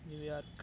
New York